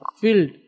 filled